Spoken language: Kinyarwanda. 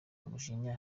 umujinya